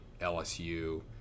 LSU